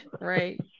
Right